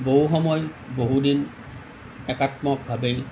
বহু সময় বহুদিন একাত্মভাৱেই